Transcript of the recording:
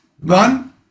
One